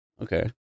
Okay